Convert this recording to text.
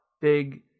big